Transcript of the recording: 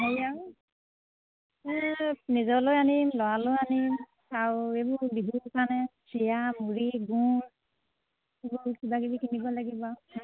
হেৰি আৰু এই নিজলৈ আনিম ল'ৰালৈ আনিম আৰু এইবোৰ বিহুৰ কাৰণে চিৰা মুড়ি গুড় এইবোৰ কিবাকিবি কিনিব লাগিব আৰু